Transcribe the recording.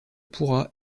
pourra